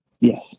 Yes